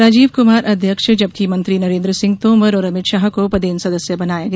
राजीव कुमार उपाध्यक्ष जबकि मंत्री नरेंद्र सिंह तोमर और अमित शाह को पदेन सदस्य बनाया गया